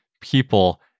people